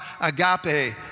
agape